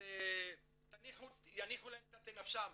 אז יניחו להם קצת לנפשם.